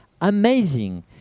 amazing